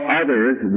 others